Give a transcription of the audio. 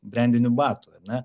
brendinių batų ar ne